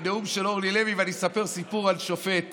ולנאום של אורלי לוי, ואני אספר סיפור על שופט